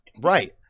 right